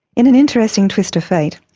in an interesting twist of fate,